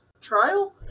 trial